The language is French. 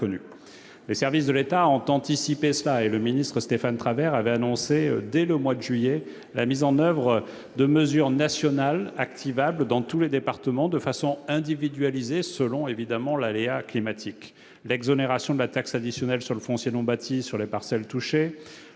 Les services de l'État ont anticipé cette situation. Dès le mois de juillet, Stéphane Travert a annoncé la mise en oeuvre de mesures nationales activables dans tous les départements, de façon individualisée selon l'aléa climatique : exonération de la taxe additionnelle sur le foncier non bâti sur les parcelles touchées,